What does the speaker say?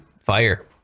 Fire